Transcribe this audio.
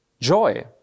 joy